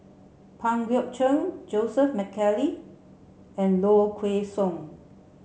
Pang Guek Cheng Joseph Mcnally and Low Kway Song